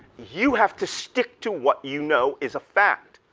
you have to stick to what you know is a fact.